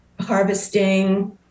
harvesting